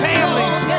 Families